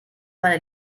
meiner